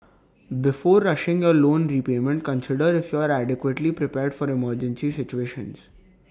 before rushing your loan repayment consider if you are adequately prepared for emergency situations